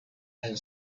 and